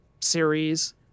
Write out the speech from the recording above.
series